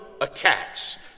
attacks